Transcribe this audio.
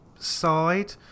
side